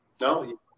No